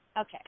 Okay